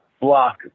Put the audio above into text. block